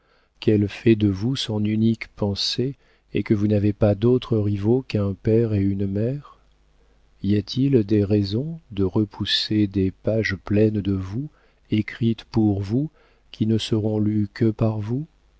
qu'elle fait de vous son unique pensée et que vous n'avez pas d'autres rivaux qu'un père et une mère y a-t-il des raisons de repousser des pages pleines de vous écrites pour vous qui ne seront lues que par vous